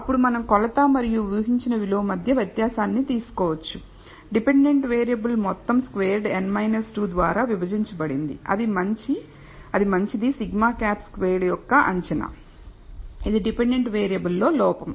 అప్పుడు మనం కొలత మరియు ఊహించిన విలువ మధ్య వ్యత్యాసాన్ని తీసుకోవచ్చు డిపెండెంట్ వేరియబుల్ మొత్తం స్క్వేర్డ్ n 2 ద్వారా విభజించబడింది అది మంచిది σ cap స్క్వేర్డ్ యొక్క అంచనా ఇది డిపెండెంట్ వేరియబుల్లో లోపం